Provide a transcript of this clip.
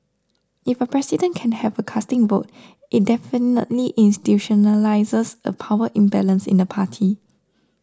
if a president can have a casting vote it definitely institutionalises a power imbalance in the party